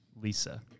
Lisa